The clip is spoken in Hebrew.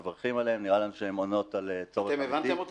אנחנו מברכים עליהן ונראה לנו שהן עונות על צורך אמיתי.